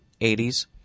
80s